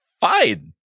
fine